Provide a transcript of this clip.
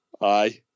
Aye